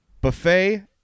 Buffet